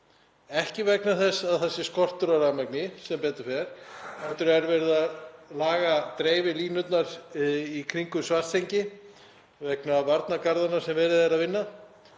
ekki vegna þess að það sé skortur á rafmagni, sem betur fer, heldur er verið að laga dreifilínurnar í kringum Svartsengi vegna varnargarðanna sem verið er að vinna